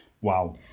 Wow